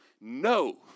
no